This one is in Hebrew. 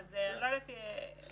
השמטת את זה מדברי הפתיחה שלך.